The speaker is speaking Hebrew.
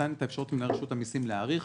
ונתן למנהל רשות המסים להאריך.